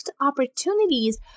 opportunities